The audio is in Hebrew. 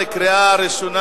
חבר הכנסת גפני.